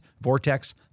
Vortex